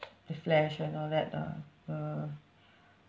the flesh and all that lah uh